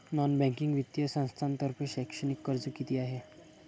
Non banking वित्तीय संस्थांतर्फे शैक्षणिक कर्ज किती आहे?